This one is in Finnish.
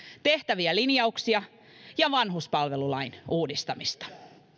tehtäviä linjauksia ja vanhuspalvelulain uudistamista